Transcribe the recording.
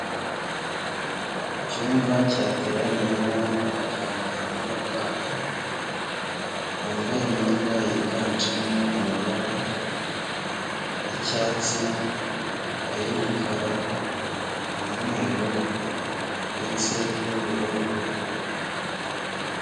Icyumba cyateraniyemo abaganga n'abarwayi, bambaye imyenda yiganjemo amabara y'icyatsi, ay'umukara, umweru ndetse n'ubururu.